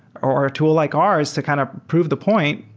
or a tool like ours to kind of prove the point,